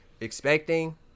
expecting